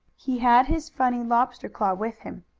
he had his funny lobster claw with him.